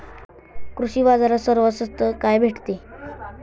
कृषी बाजारात सर्वात स्वस्त काय भेटते?